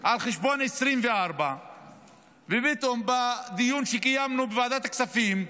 על חשבון 2024. ופתאום בדיון שקיימנו בוועדת הכספים,